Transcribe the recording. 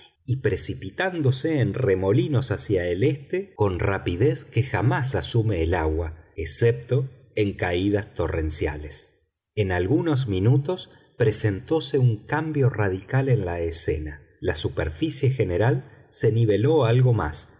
y precipitándose en remolinos hacia el este con rapidez que jamás asume el agua excepto en caídas torrenciales en algunos minutos presentóse un cambio radical en la escena la superficie general se niveló algo más